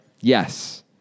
Yes